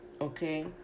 Okay